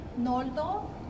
noldo